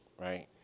right